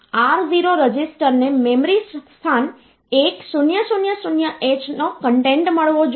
R0 રજિસ્ટરને memory સ્થાન 1000h નો કન્ટેન્ટ મળવો જોઈએ